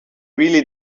really